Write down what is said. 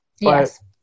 Yes